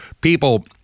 people